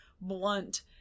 blunt